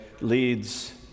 leads